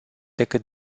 decât